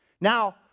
Now